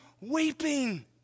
weeping